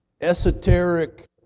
esoteric